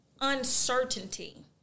uncertainty